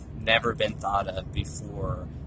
never-been-thought-of-before